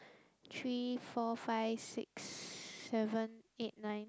three four five six seven eight nine